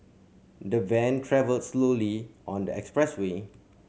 the van travelled slowly on the expressway